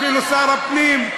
אפילו שר הפנים,